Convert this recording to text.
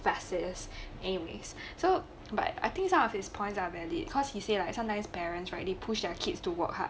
dark serious and is so but I think some of his points are valid cause he say like sometimes parents right they push their kids to work hard